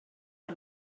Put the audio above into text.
per